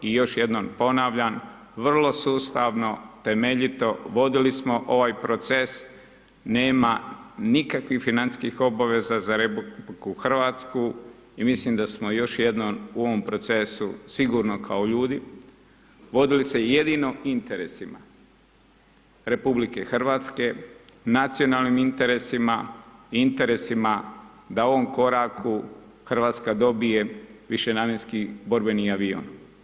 I još jednom ponavljam, vrlo sustavno, temeljito, vodili smo ovaj proces, nema nikakvih financijskih obaveza za RH i mislim da smo još jednom u ovom procesu sigurno kao ljudi vodili se jedino interesima RH, nacionalnim interesiram i interesima da u ovom koraku Hrvatska dobije višenamjenski borbeni avion.